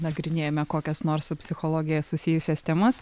nagrinėjame kokias nors su psichologija susijusias temas